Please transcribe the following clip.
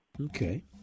Okay